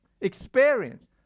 experience